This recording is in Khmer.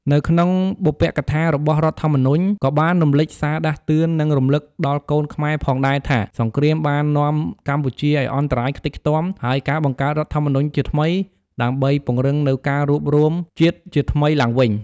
នៅក្នុងបុព្វកថារបស់រដ្ឋធម្មនុញ្ញ ក៏បានរំលេចសារដាស់តឿន និងរំលឹកដល់កូនខ្មែរផងដែរថា សង្រ្គាមបាននាំកម្ពុជាឲ្យអន្តរាយ ខ្ទេចខ្ទាំ ហើយការបង្កើតរដ្ឋធម្មនុញ្ញជាថ្មី ដើម្បីពង្រឹងនូវការរួបរួមជាតិជាថ្មីឡើងវិញ។